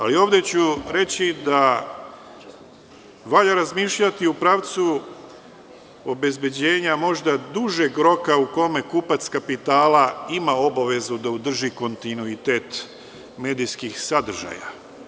Ali, ovde ću reći da valja razmišljati u pravcu obezbeđenja možda dužeg roka u kome kupac kapitala ima obavezu da održi kontinuitet medijskih sadržaja.